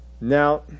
Now